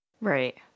Right